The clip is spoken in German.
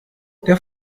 der